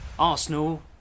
Arsenal